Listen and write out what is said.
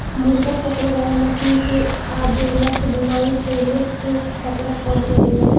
मुर्गा पकड़े वाला मशीन के आ जईला से बेमारी फईले कअ खतरा कम रहेला